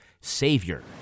savior